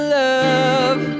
love